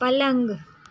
પલંગ